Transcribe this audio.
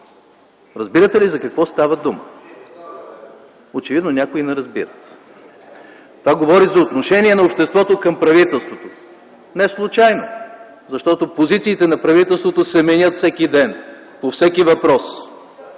разбираме. СЕРГЕЙ СТАНИШЕВ: Очевидно някои не разбират. Това говори за отношение на обществото към правителството. Неслучайно, защото позициите на правителството се менят всеки ден по всеки въпрос,